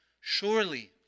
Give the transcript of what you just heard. surely